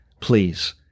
Please